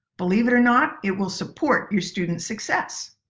believe it or not, it will support your students' success!